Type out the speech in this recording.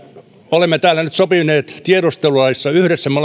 olemme täällä nyt sopineet tiedustelulaista yhdessä me